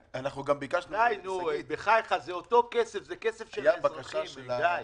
בחייך, זה אותו כסף, זה כסף של האזרחים, גיא.